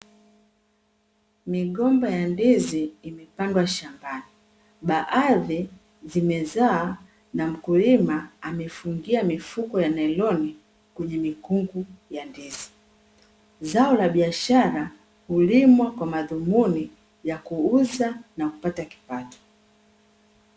Migomba ya ndizi imepandwa shambani, baadhi zimezaa na mkulima amefungia mifuko ya nailoni kwenye mikungu ya ndizi. Zao la biashara hulimwa kwa madhumuni ya kuuza na kupata kipato.